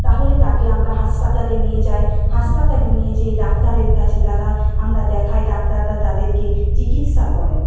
তাহলে তাকে আমরা হাসপাতালে নিয়ে যাই হাসপাতালে নিয়ে যেয়ে ডাক্তারের কাছে তারা আমরা দেখাই ডাক্তাররা তাদেরকে চিকিৎসা করেন